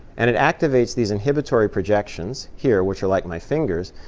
and it activates these inhibitory projections here, which are like my fingers,